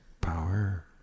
power